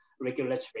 Regulatory